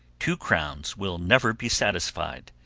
two crowns will never be satisfied.